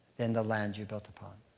than the land you built upon.